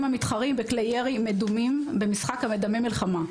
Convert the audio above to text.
המתחרים בכלי ירי מדומים במשחק המדמה מלחמה,